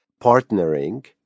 partnering